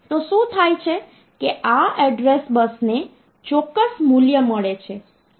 હવે 15 નું રીપ્રેસનટેશન કરવું મુશ્કેલ છે તેથી આપણે કેટલાક નવા પ્રતીકો રજૂ કરીએ છીએ